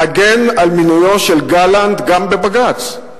להגן על מינויו של גלנט גם בבג"ץ?